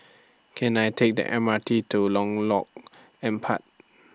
Can I Take The M R T to Empat